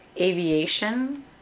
aviation